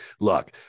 look